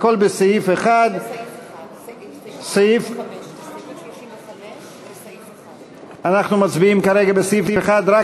הכול בסעיף 1. אנחנו מצביעים כרגע בסעיף 1 רק